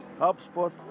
HubSpot